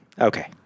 Okay